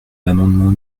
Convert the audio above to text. l’amendement